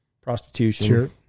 prostitution